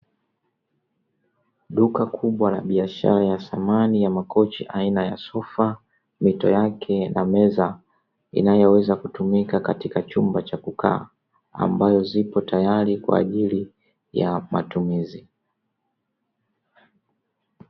Duka kubwa la biashara ya samani ya makochi aina ya sofa, mito yake na meza inayoweza kutumika katika chumba cha kukaa ambayo zipo tayari kwa ajili ya matumizi.